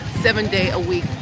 seven-day-a-week